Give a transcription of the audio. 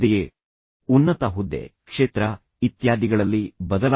ಬಡ್ತಿ ಉನ್ನತ ಹುದ್ದೆ ಕ್ಷೇತ್ರ ಕ್ಷೇತ್ರ ಇತ್ಯಾದಿಗಳಲ್ಲಿ ಬದಲಾವಣೆ